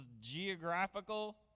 geographical